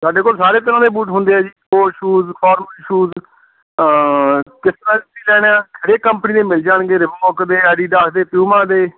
ਤੁਹਾਡੇ ਕੋਲ ਸਾਰੇ ਤਰ੍ਹਾਂ ਦੇ ਬੂਟ ਹੁੰਦੇ ਆ ਜੀ ਸਪੋਰਟ ਸ਼ੂਜ਼ ਫੋਰਮਲ ਸ਼ੂਜ਼ ਕਿਸ ਤਰ੍ਹਾਂ ਦੇ ਤੁਸੀਂ ਲੈਣੇ ਆ ਹਰੇਕ ਕੰਪਨੀ ਦੇ ਮਿਲ ਜਾਣਗੇ ਰਿਬੋਕ ਦੇ ਐਡੀਡਾਸ ਦੇ ਪਿਊਮਾ ਦੇ